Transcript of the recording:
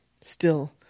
Still